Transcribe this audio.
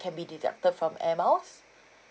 can be deducted from air miles